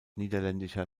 niederländischer